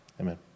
Amen